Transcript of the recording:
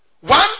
One